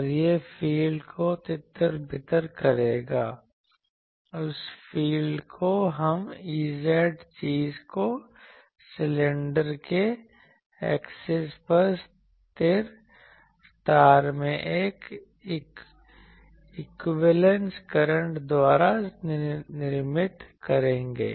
और यह फील्ड को तितर बितर करेगा उस फील्ड को हम Ez चीज को सिलेंडर के एक्सिस पर स्थित तार में एक इक्विवेलेंस करंट द्वारा निर्मित कहेंगे